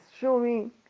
showing